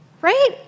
Right